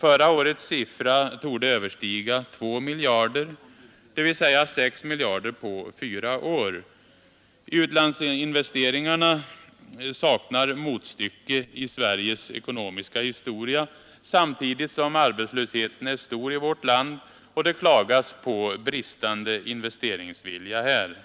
Förra årets siffra torde överstiga 2 miljarder, dvs. 6 miljarder på fyra år. Utlandsinvesteringarna saknar motstycke i Sveriges ekonomiska historia samtidigt som arbetslösheten är stor i vårt land och det klagas på bristande investeringsvilja här.